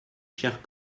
chers